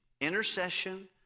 Intercession